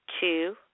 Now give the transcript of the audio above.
Two